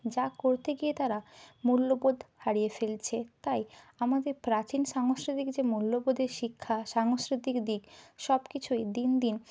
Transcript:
যা করতে গিয়ে তারা মূল্যবোধ হারিয়ে ফেলছে তাই আমাদের প্রাচীন সাংস্কৃতিক যে মূল্যবোধের শিক্ষা সাংস্কৃতিক দিক সব কিছুই দিন দিন